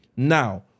Now